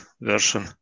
version